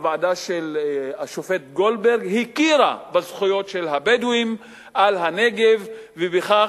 הוועדה של השופט גולדברג הכירה בזכויות של הבדואים על הנגב ובכך